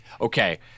Okay